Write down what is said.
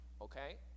Okay